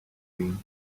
been